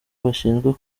bashinzwe